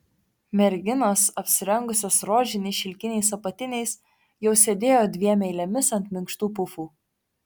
merginos apsirengusios rožiniais šilkiniais apatiniais jau sėdėjo dviem eilėmis ant minkštų pufų